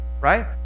right